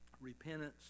Repentance